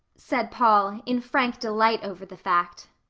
said paul, in frank delight over the fact.